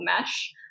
mesh